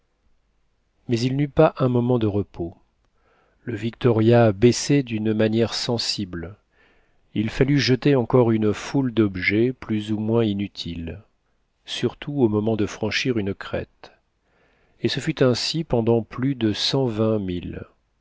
mais il n'eut pas un moment de repos le victoria baissait d'une manière sensible il fallut jeter encore une foule d'objets plus ou moins inutiles surtout au moment de franchir une crête et ce fut ainsi pendant plus de